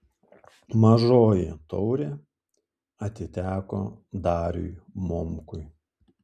mažoji taurė atiteko dariui momkui